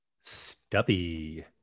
Stubby